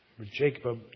Jacob